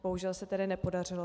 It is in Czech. Bohužel se tedy nepodařilo.